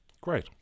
Great